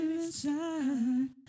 inside